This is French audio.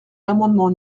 l’amendement